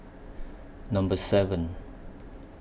Number seven